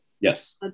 Yes